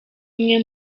mwe